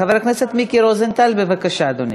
חבר הכנסת מיקי רוזנטל, בבקשה, אדוני.